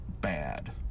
bad